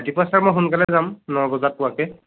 ৰাতিপুৱা ছাৰ মই সোনকালে যাম ন বজাত পোৱাকে